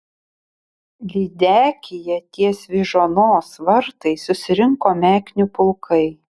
lydekyje ties vyžuonos vartais susirinko meknių pulkai